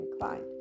inclined